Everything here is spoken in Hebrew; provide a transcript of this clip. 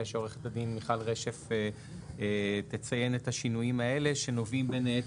שעורכת הדין מיכל רשף תציין את השינויים האלה שנובעים בין היתר,